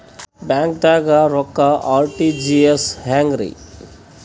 ಬ್ಯಾಂಕ್ದಾಗ ರೊಕ್ಕ ಆರ್.ಟಿ.ಜಿ.ಎಸ್ ಹೆಂಗ್ರಿ?